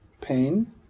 pain